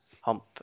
hump